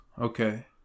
Okay